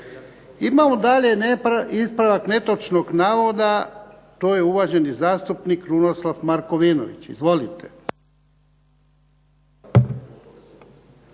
Imamo dalje ispravak netočnog navoda, to je uvaženi zastupnik Krunoslav Markovinović. Izvolite.